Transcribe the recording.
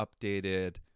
updated